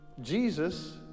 Jesus